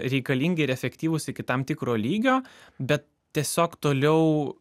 reikalingi ir efektyvūs iki tam tikro lygio bet tiesiog toliau